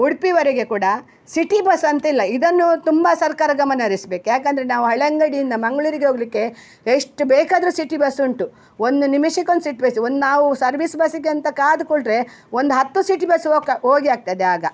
ಉಡುಪಿವರೆಗೆ ಕೂಡ city bus ಅಂತಿಲ್ಲ ಇದನ್ನು ತುಂಬ ಸರ್ಕಾರ ಗಮನ ಹರಿಸ್ಬೇಕ್ ಯಾಕೆಂದ್ರೆ ನಾವು ಹಳೆಯಂಗಡಿಯಿಂದ ಮಂಗಳೂರಿಗೆ ಹೋಗ್ಲಿಕ್ಕೆ ಎಷ್ಟು ಬೇಕಾದ್ರು ಸಿಟಿ ಬಸ್ ಉಂಟು ಒಂದು ನಿಮಿಷಕ್ಕೊಂದು ಸಿಟ್ ಬಸ್ ಒಂದು ನಾವು ಸರ್ವಿಸ್ ಬಸ್ಸಿಗೆ ಅಂತ ಕಾದು ಕುಳ್ತ್ರೆ ಒಂದು ಹತ್ತು ಸಿಟಿ ಬಸ್ ಹೋಕ ಹೋಗಿ ಆಗ್ತದೆ ಆಗ